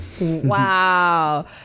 wow